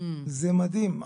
וזה מדהים.